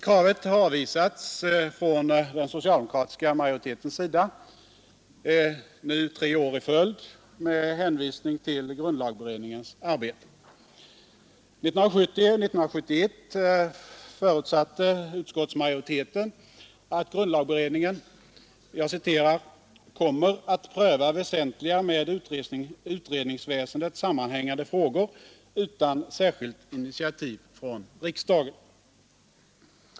Kravet har avvisats av den socialdemokratiska majoriteten — nu tre år i följd — med hänvisning till grundlagberedningens arbete. 1970 och 1971 förutsatte utskottsmajoriteten att det kunde förutsättas att grundlagberedningen: ”skulle pröva väsentliga med utredningsväsendet sammanhängande frågor utan särskilt initiativ från riksdagen”.